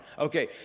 Okay